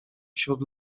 wśród